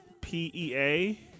P-E-A